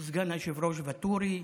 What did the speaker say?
סגן היושב-ראש ואטורי,